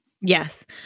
Yes